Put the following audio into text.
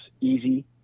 easy